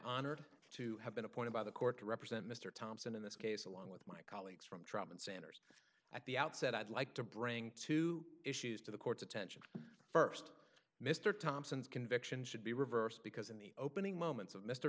honored to have been appointed by the court to represent mr thompson in this case along with my colleagues from drop in centers at the outset i'd like to bring two issues to the court's attention st mr thompson's conviction should be reversed because in the opening moments of mr